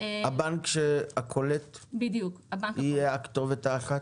הבנק הקולט יהיה הכתובת האחת?